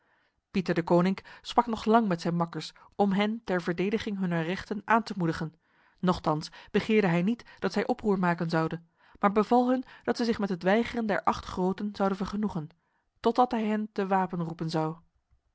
pieter deconinck sprak nog lang met zijn makkers om hen ter verdediging hunner rechten aan te moedigen nochtans begeerde hij niet dat zij oproer maken zouden maar beval hun dat zij zich met het weigeren der acht groten zouden vergenoegen totdat hij hen te wapen roepen zou